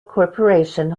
corporation